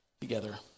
together